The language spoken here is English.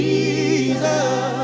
Jesus